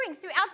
throughout